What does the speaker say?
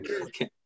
Okay